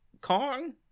Kong